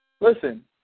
listen